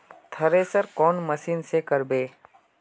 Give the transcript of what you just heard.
Thresher कौन machine से करबे?